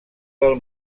del